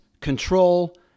control